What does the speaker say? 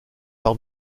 par